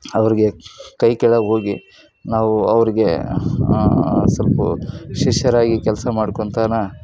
ಅವ್ರಿಗೆ ಕೈ ಕೆಳಗೆ ಹೋಗಿ ನಾವು ಅವ್ರಿಗೆ ಸಲ್ಪ ಶಿಷ್ಯರಾಗಿ ಕೆಲಸ ಮಾಡ್ಕೊಂತಾನೆ